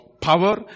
power